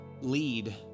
lead